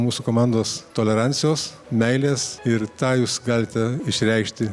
mūsų komandos tolerancijos meilės ir tą jūs galite išreikšti